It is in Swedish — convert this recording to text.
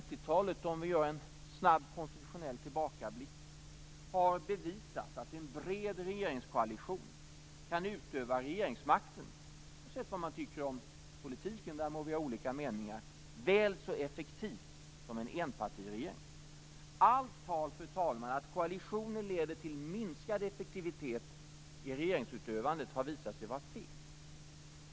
Vi kan göra en snabb konstitutionell tillbakablick. 1990-talet har bevisat att en bred regeringskoalition kan utöva regeringsmakten - oavsett vad man tycker om politiken; den må vi ha olika meningar om - väl så effektivt som en enpartiregering. Allt tal, fru talman, om att koalitioner leder till minskad effektivitet i regeringsutövandet har visat sig vara fel.